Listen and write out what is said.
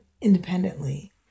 independently